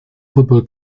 football